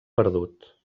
perdut